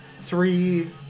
three